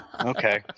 okay